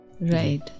right